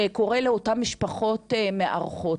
שיקרה לאותן משפחות מארחות?